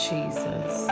Jesus